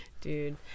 dude